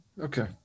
Okay